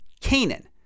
Canaan